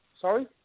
Sorry